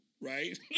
right